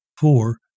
Four